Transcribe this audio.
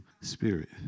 spirit